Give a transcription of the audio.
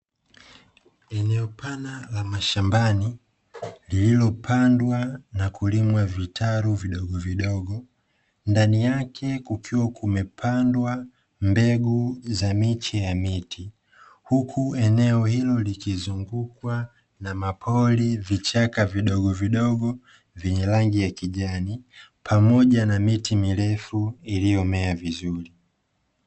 Eneo pana la mashambani, lililopandwa na kulimwa vitalu vidogovidogo. Ndani yake, kukiwa kumepandwa mbegu za miche ya miti, huku eneo hilo likizungukwa na mapori, vichaka vidogovidogo vyenye rangi ya kijani, pamoja na miti mirefu iliyomea vizuri.